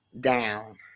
down